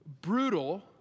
brutal